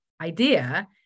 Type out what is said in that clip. idea